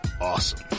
awesome